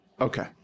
Okay